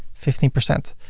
fifteen percent.